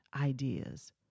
ideas